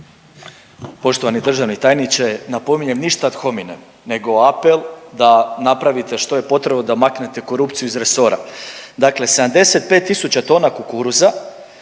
Poštovani državni tajniče, napominjem ništa ad hominem nego apel da napravite što je potrebno da napravite da maknete korupciju iz resora. Dakle, 75.000 tona kukuruza